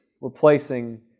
replacing